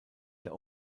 der